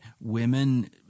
women